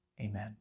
Amen